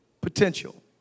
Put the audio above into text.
potential